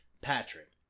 Patrick